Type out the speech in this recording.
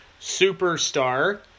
superstar